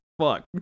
fuck